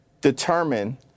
determine